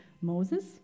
Moses